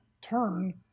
turn